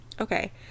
okay